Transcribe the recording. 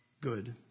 good